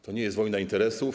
To nie jest wojna interesów.